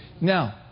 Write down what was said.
Now